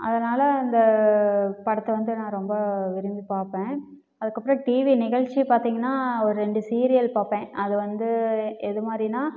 அதனால் இந்த படத்தை வந்து நான் ரொம்ப விரும்பி பார்ப்பேன் அதுக்கப்புறம் டிவி நிகழ்ச்சி பார்த்தீங்கன்னா ஒரு ரெண்டு சீரியல் பார்ப்பேன் அது வந்து எது மாதிரின்னா